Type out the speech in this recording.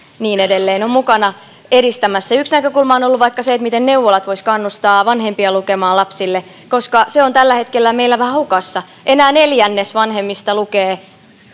niin edelleen mukana edistämässä yksi näkökulma on ollut vaikkapa se miten neuvolat voisivat kannustaa vanhempia lukemaan lapsille koska se on tällä hetkellä meillä vähän hukassa enää neljännes vanhemmista lukee